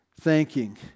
thanking